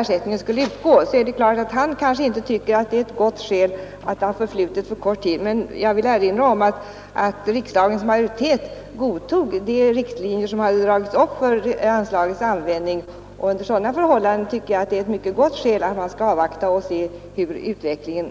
ersättning skulle utgå, är det klart att han kanske inte tycker att det är ett gott skäl att det förflutit en kort tid. Jag vill dock erinra om att riksdagens majoritet godtog de riktlinjer man dragit upp för anslagets användning. Under sådana förhållanden tycker jag att det är ett mycket gott skäl att man skall avvakta utvecklingen.